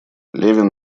левин